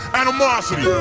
Animosity